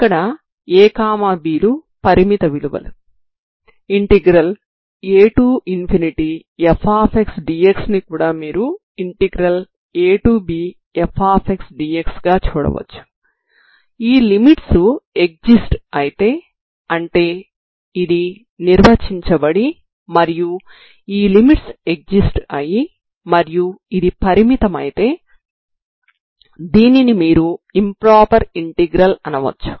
ఇక్కడ a b లు పరిమిత విలువలు a∞fdx ని కూడా మీరు abfdx గా చూడవచ్చు ఈ లిమిట్స్ ఏక్సిస్ట్స్ అయితే అంటే ఇది నిర్వచించబడి మరియు ఈ లిమిట్స్ ఎక్జిస్ట్స్ అయి మరియు ఇది పరిమితమైతే దీనిని మీరు ఇంప్రొపర్ ఇంటిగ్రల్ అనవచ్చు